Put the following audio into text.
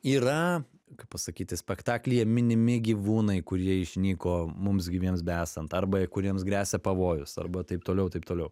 yra kaip pasakyti spektaklyje minimi gyvūnai kurie išnyko mums gyviems besant arba kuriems gresia pavojus arba taip toliau taip toliau